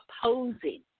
opposing